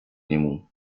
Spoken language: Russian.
нему